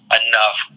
enough